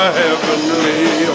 heavenly